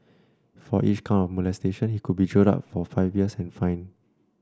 for each count of molestation he could be jailed for up to five years and fined